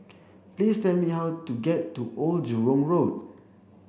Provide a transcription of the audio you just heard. please tell me how to get to Old Jurong Road